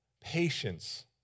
patience